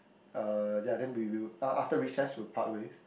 uh ya then we we would af~ after recess we will part ways